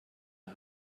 der